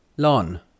Lon